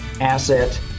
Asset